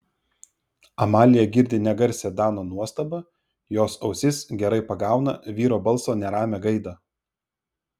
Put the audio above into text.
amalija girdi negarsią dano nuostabą jos ausis gerai pagauna vyro balso neramią gaidą